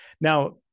Now